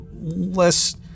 less